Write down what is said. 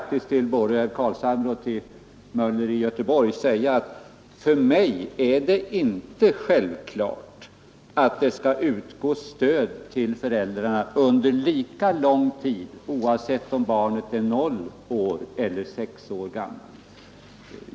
Till både herr Carlshamre och herr Möller vill jag då säga att för mig är det inte självklart att det skall utgå stöd till föräldrarna under lika lång tid, oavsett om barnet är noll år eller sex år gammalt.